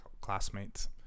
Classmates